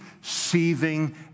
seething